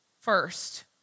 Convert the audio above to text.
first